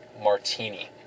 martini